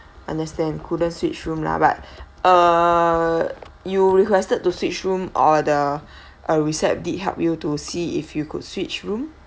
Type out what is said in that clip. understand couldn't switch room lah right uh you requested to switch room or the recep~ did help you to see if you could switch room